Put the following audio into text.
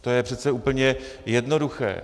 To je přece úplně jednoduché.